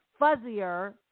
fuzzier